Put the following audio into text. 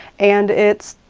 and it's,